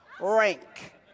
rank